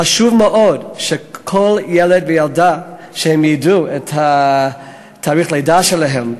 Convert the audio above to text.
חשוב מאוד שכל ילד וילדה ידעו את תאריך הלידה שלהם,